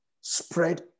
spread